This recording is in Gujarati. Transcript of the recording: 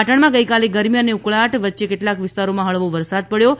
પાટણમાં ગઇકાલે ગરમી અને ઉકળાટ વચ્ચે કેટલાક વિસ્તારોમાં હળવો વરસાદ પડયો હતો